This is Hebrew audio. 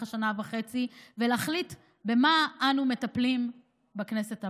השנה וחצי ולהחליט במה אנו מטפלים בכנסת הבאה.